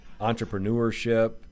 entrepreneurship